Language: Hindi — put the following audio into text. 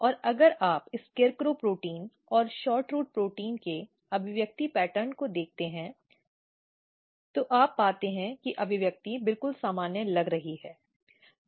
और अगर आप SCARECROW प्रोटीन और SHORTROOT प्रोटीन के अभिव्यक्ति पैटर्न को देखते हैं तो आप पाते हैं कि अभिव्यक्ति बिल्कुल सामान्य लग रही है